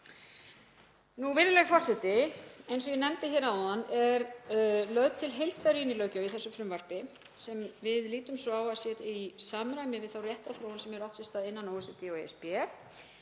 Virðulegi forseti. Eins og ég nefndi hér áðan er lögð til heildstæð rýnilöggjöf í þessu frumvarpi sem við lítum svo á að sé í samræmi við þá réttarþróun sem hefur átt sér stað innan OECD og ESB.